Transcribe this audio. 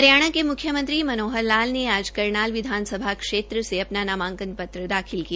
हरियाणा के मुख्यमंत्री मनोहर लाल ने आज करनाल विधानसभा क्षेत्रसे अपना नामांकन पत्र दाखिल किया